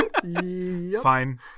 Fine